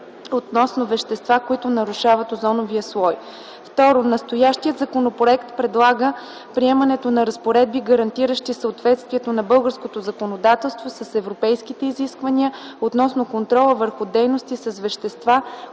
относно вещества, които нарушават озоновия слой. Второ, настоящият законопроект предлага приемането на разпоредби, гарантиращи съответствието на българското законодателство с европейските изисквания относно контрола върху дейности с вещества,